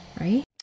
Right